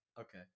Okay